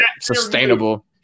sustainable –